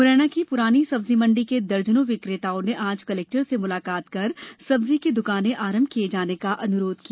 मुरैना की पुरानी सब्जी मण्डी के दर्जनों विक्रेताओं ने आज कलेक्टर से मुलाकात कर सब्जी की दुकानें आरंभ किये जाने का अनुरोध किया